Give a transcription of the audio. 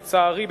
לצערי,